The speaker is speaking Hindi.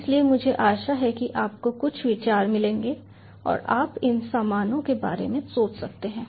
इसलिए मुझे आशा है कि आपको कुछ विचार मिलेंगे और आप इन सामानों के बारे में सोच सकते हैं